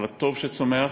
על הטוב שצומח.